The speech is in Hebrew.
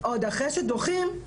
עוד אחרי שדוחים,